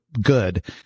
good